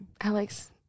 Alex